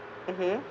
mmhmm